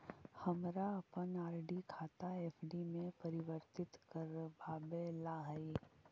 हमारा अपन आर.डी खाता एफ.डी में परिवर्तित करवावे ला हई